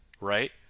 right